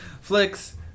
Flicks